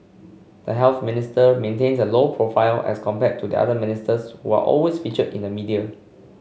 the Health Minister maintains a low profile as compared to the other ministers who are always featured in the media